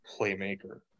playmaker